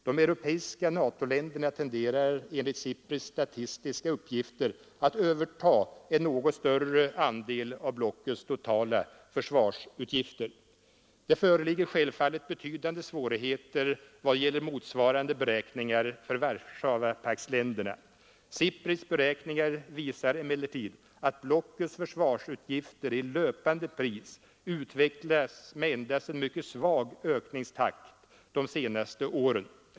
De europeiska NATO-länderna tenderar enligt SIPRI:s statistiska uppgifter att överta en något större andel av blockets totala försvarsutgifter. Det föreligger självfallet betydande svårigheter i vad gäller motsvarande beräkningar för Warszawapaktsländerna. SIPRI:s beräkningar visar emellertid att blockets försvarsutgifter i löpande pris utvecklas med endast en mycket svag ökningstakt de senaste åren.